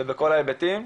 ובכל ההיבטים.